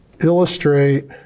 illustrate